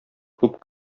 күп